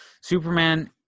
Superman –